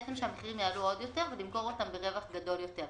שהמחירים יעלו עוד יותר ולמכור אותן ברווח גדול יותר.